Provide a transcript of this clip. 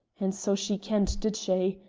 and so she kent, did she?